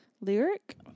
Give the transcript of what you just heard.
Lyric